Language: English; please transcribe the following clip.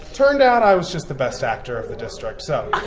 turned out i was just the best actor of the district. so